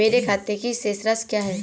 मेरे खाते की शेष राशि क्या है?